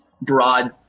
broad